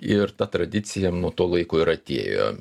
ir ta tradicija nuo to laiko ir atėjo